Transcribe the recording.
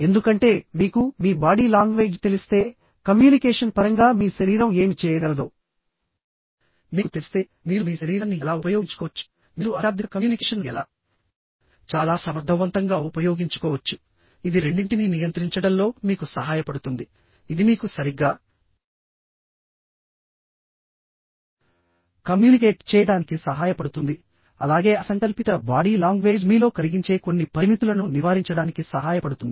ఎందుకంటే మీకు మీ బాడీ లాంగ్వేజ్ తెలిస్తే కమ్యూనికేషన్ పరంగా మీ శరీరం ఏమి చేయగలదో మీకు తెలిస్తేమీరు మీ శరీరాన్ని ఎలా ఉపయోగించుకోవచ్చుమీరు అశాబ్దిక కమ్యూనికేషన్ను ఎలా చాలా సమర్థవంతంగా ఉపయోగించుకోవచ్చుఇది రెండింటినీ నియంత్రించడంలో మీకు సహాయపడుతుందిఇది మీకు సరిగ్గా కమ్యూనికేట్ చేయడానికి సహాయపడుతుంది అలాగే అసంకల్పిత బాడీ లాంగ్వేజ్ మీలో కలిగించే కొన్ని పరిమితులను నివారించడానికి సహాయపడుతుంది